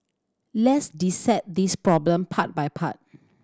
let's dissect this problem part by part